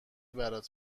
برات